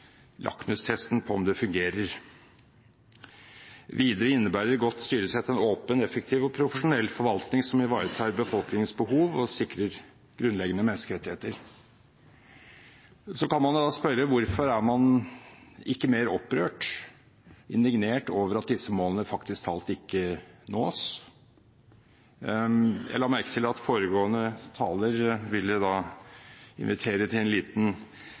lakmustesten på om det fungerer. Videre innebærer godt styresett en åpen, effektiv og profesjonell forvaltning, som ivaretar befolkningens behov og sikrer grunnleggende menneskerettigheter. Så kan man spørre: Hvorfor er man ikke mer opprørt og indignert over at disse målene faktisk ikke nås? Jeg la merke til at foregående taler ville invitere til en liten